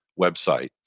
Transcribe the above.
website